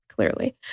Clearly